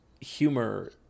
humor